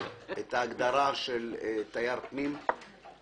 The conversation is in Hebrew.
ההגדרה של "תייר פנים",